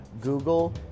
Google